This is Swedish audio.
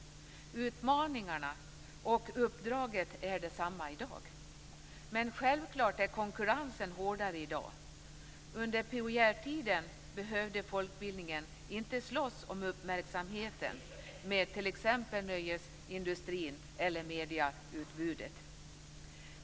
Utmaningarna och uppdraget är desamma i dag. Men självklart är konkurrensen hårdare nu. Under pionjärtiden behövde folkbildningen inte slåss om uppmärksamheten med t.ex. nöjesindustrin eller medieutbudet.